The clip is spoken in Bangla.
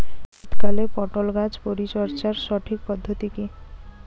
শীতকালে পটল গাছ পরিচর্যার সঠিক পদ্ধতি কী?